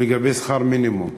לגבי שכר מינימום,